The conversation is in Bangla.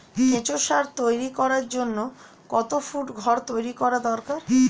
কেঁচো সার তৈরি করার জন্য কত ফুট ঘর তৈরি করা দরকার?